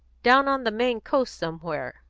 down on the maine coast somewhere.